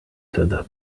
تذهب